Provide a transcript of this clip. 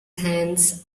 hands